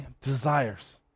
desires